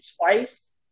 twice